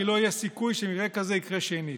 לא יהיה סיכוי שמקרה כזה יקרה שנית,